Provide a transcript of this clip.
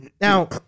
Now